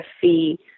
fee